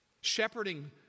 Shepherding